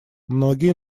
многие